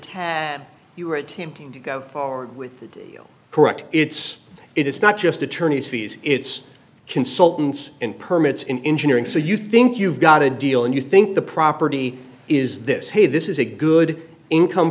tab you were attempting to go forward with the correct it's it's not just attorneys fees it's consultants and permits in engineering so you think you've got a deal and you think the property is this hey this is a good income